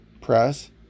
press